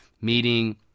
meeting